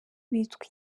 bitwa